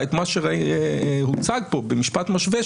בכל כנסת.